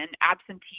absentee